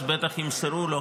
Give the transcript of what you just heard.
אז בטח ימסרו לו,